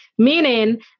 Meaning